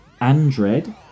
Andred